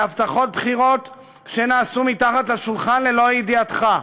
להבטחות בחירות שנעשו מתחת לשולחן ללא ידיעתך,